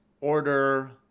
order